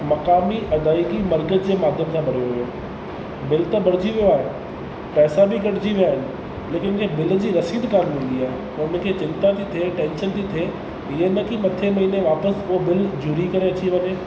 मकामी अदायगी मर्कज़ जे माध्यम सां भरियो हुओ बिल त भरिजी वियो आहे पैसा बि कटिजी विया आहिनि लेकिन मूंखे रसीद कोन मिली आहे मूंखे चिंता थी थिए टेंशन थी थे ईअं न की मथे महीने वापसि उहो बिल जुड़ी करे अची वञे